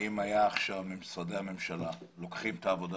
אם עכשיו משרדי הממשלה לוקחים את העבודה